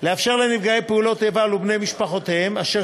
לאפשר לנפגעי פעולות איבה ולבני משפחותיהם אשר